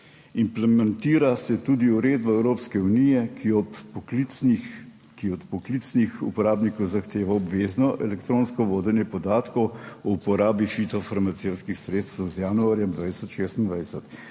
Implementira se tudi uredba Evropske unije, ki od poklicnih uporabnikov zahteva obvezno elektronsko vodenje podatkov o uporabi fitofarmacevtskih sredstev z januarjem 2026,